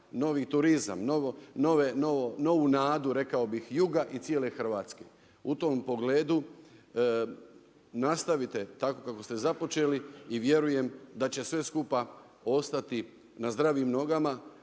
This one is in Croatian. Novi turizam, novu nadu rekao bih juga i cijele Hrvatske. U tom pogledu, nastavite tako kako ste započeli i vjerujem da će sve skupa ostati na zdravim nogama